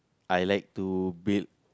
I like to build